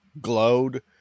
glowed